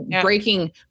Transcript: breaking